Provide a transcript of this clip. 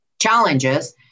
challenges